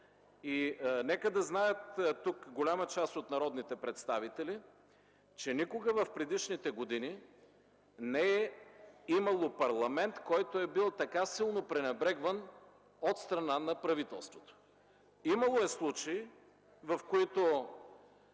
съвет. Нека голяма част от народните представители да знаят, че никога в предишните години не е имало парламент, който е бил така силно пренебрегван от страна на правителството. Имало е случаи, в които